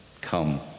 come